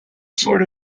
sort